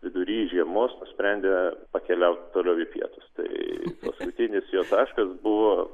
vidury žiemos nusprendę pakeliauti toliau į pietus tai paskutinis jo taškas buvo